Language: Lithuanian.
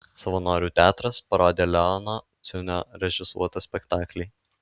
savanorių teatras parodė leono ciunio režisuotą spektaklį